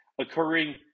occurring